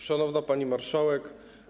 Szanowna Pani Marszałek!